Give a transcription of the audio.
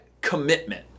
commitment